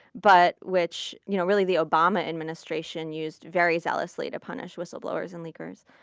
but which you know really the obama administration used very zealously to punish whistleblowers and leakers.